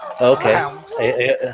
Okay